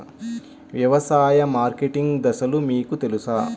వ్యవసాయ మార్కెటింగ్ దశలు మీకు తెలుసా?